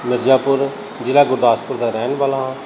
ਮਿਰਜ਼ਾਪੁਰ ਜ਼ਿਲ੍ਹਾ ਗੁਰਦਾਸਪੁਰ ਦਾ ਰਹਿਣ ਵਾਲਾ ਹਾਂ